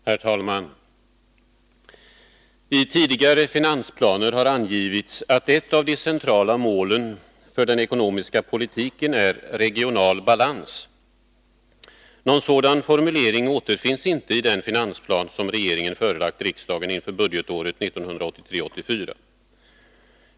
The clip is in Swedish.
Herr talman! I tidigare finansplaner har angivits att ett av de centrala målen för den ekonomiska politiken är regional balans. Någon sådan formulering återfinns inte i den finansplan som regeringen förelagt riksdagen inför budgetåret 1983/84.